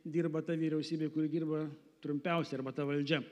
dirba ta vyriausybė kuri dirba trumpiausiai arba ta valdžia